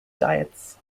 diets